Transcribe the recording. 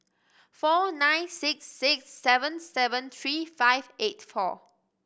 four nine six six seven seven three five eight four